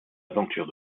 aventure